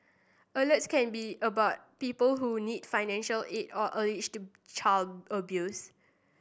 Alerts can be about people who need financial aid or alleged to child abuse